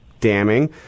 damning